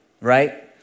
right